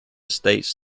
states